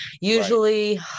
usually